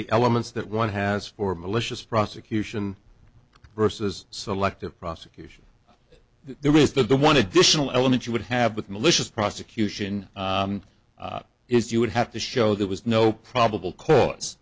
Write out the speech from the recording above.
the elements that one has for malicious prosecution versus selective prosecution there is the one additional element you would have with malicious prosecution is you would have to show there was no probable cause